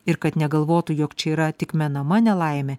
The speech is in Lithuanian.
ir kad negalvotų jog čia yra tik menama nelaimė